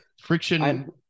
Friction